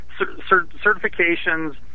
certifications